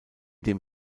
dem